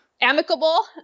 amicable